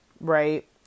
right